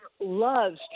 loves